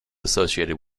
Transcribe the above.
associated